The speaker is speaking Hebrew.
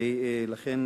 ולכן,